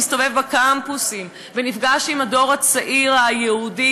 שכל מי שמסתובב בקמפוסים ונפגש עם הדור הצעיר היהודי,